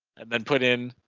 and then put in.